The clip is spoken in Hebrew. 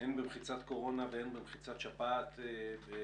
הן במחיצת קורונה והן במחיצת שפעת ביחד.